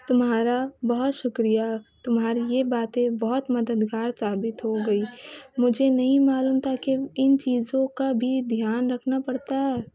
تمہارا بہت شکریہ تمہاری یہ باتیں بہت مددگار ثابت ہو گئی مجھے نہیں معلوم تھا کہ ان چیزوں کا بھی دھیان رکھنا پڑتا ہے